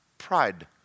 Pride